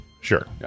Sure